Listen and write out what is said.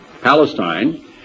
Palestine